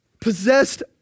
possessed